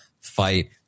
fight